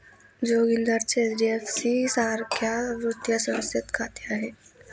जोगिंदरचे एच.डी.एफ.सी सारख्या वित्तीय संस्थेत खाते आहे